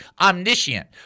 omniscient